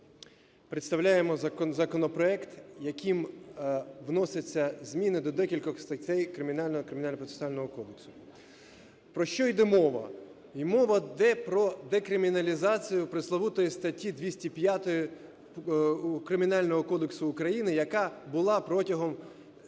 представляємо законопроект, яким вносяться зміни до декількох статей Кримінального і Кримінально-процесуального кодексу. Про що йде мова? Мова йде про декриміналізацію пресловутої статті 205 Кримінального кодексу України, яка була протягом